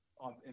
on